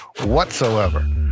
whatsoever